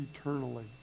eternally